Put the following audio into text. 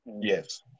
yes